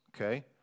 okay